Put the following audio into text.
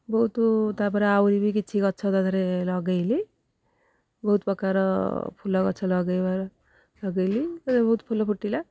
ବହୁତ ତା'ପରେ ଆଉରି ବି କିଛି ଗଛ ତା ଦେହରେ ଲଗାଇଲି ବହୁତ ପ୍ରକାର ଫୁଲ ଗଛ ଲଗାଇବାର ଲଗାଇଲି ବହୁତ ଫୁଲ ଫୁଟିଲା